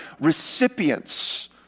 recipients